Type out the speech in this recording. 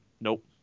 nope